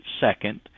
second